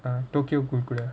tokyo ghoule கூட:kuda